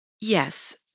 Yes